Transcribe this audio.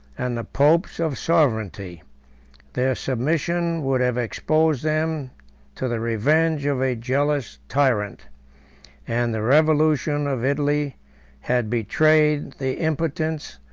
and the popes of sovereignty their submission would have exposed them to the revenge of a jealous tyrant and the revolution of italy had betrayed the impotence,